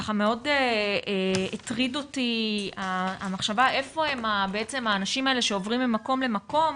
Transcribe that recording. מאוד הטרידה אותי המחשבה איפה הם האנשים שעוברים ממקום למקום